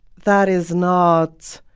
that is not